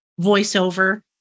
voiceover